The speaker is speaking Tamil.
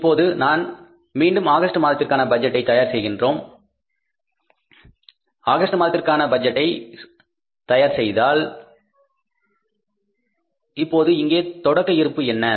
இப்போது நாம் இப்போது மீண்டும் ஆகஸ்ட் மாதத்திற்கான பட்ஜெட்டை தயார் செய்கிறோம் ஆகஸ்ட் மாதத்திற்கான பட்ஜெட்டை நீங்கள் தயார் செய்தால் இப்போது இங்கே தொடக்க இருப்பு என்ன